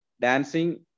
dancing